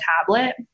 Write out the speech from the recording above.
tablet